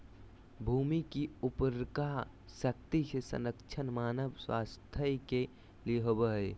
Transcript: भूमि की उर्वरा शक्ति के संरक्षण मानव स्वास्थ्य के लिए होबो हइ